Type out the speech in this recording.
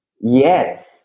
Yes